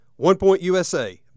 OnePointUSA